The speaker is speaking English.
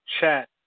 chat